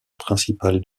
principale